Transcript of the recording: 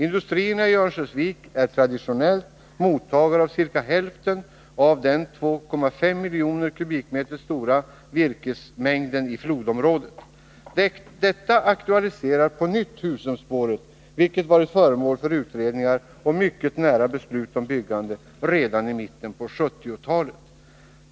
Industrierna i Örnsköldsvik är traditionellt mottagare av ca hälften av den 2,5 miljoner m? stora virkesmängden i flodområdet. Detta aktualiserar på nytt Husumspåret, vilket varit föremål för utredningar och mycket nära beslut om byggande redan i mitten på 1970-talet.